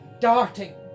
darting